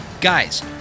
guys